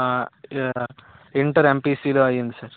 ఆ ఆ ఇంటర్ ఎంపిసిలో అయ్యింది సార్